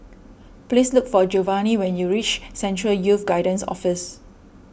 please look for Giovani when you reach Central Youth Guidance Office